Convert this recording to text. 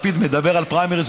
לפיד מדבר על פריימריז,